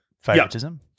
favoritism